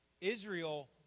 Israel